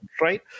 right